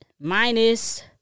minus